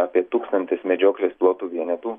apie tūkstantis medžioklės plotų vienetų